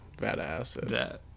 badass